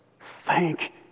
Thank